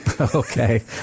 Okay